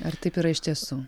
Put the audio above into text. ar taip yra iš tiesų